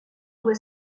due